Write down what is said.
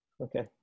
Okay